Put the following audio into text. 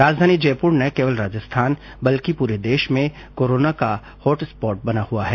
राजधानी जयपुर न केवल राजस्थान बल्कि पूरे देश में कोरोना का हॉटस्पॉट बना हुआ है